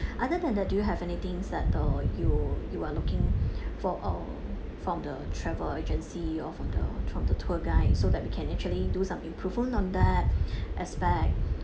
other than that do you have anythings that uh you you are looking for uh from the travel agency or from the from the tour guide so that we can actually do some improvement on that aspect